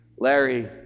Larry